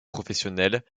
professionnel